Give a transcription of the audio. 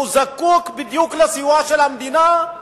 כשהוא זקוק בדיוק לסיוע המדינה,